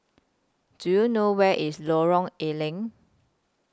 Do YOU know Where IS Lorong A Leng